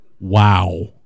Wow